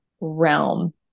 realm